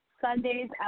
Sundays